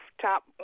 Top